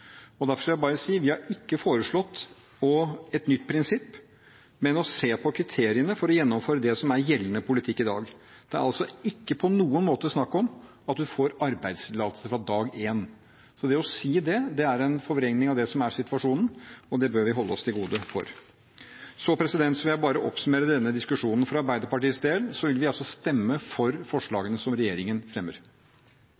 vil jeg bare si: Vi har ikke foreslått et nytt prinsipp, men å se på kriteriene for å gjennomføre det som er gjeldende politikk i dag. Det er altså ikke på noen måte snakk om at en får arbeidstillatelse fra dag én. Det å si det er en forvrengning av det som er situasjonen, og det bør vi holde oss for gode til. Så vil jeg bare oppsummere denne diskusjonen. For Arbeiderpartiets del vil vi altså stemme for forslagene som regjeringen fremmer.